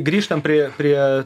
grįžtam prie prie